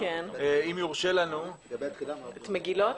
אם יורשה לנו --- את מגילות?